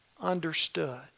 understood